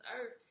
earth